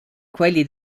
quelli